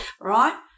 Right